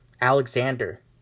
Alexander